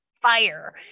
fire